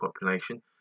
population